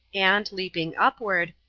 and, leaping upward,